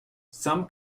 some